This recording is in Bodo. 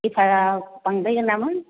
एफाराब बांद्रायगोन नामा